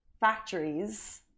factories